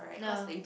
ya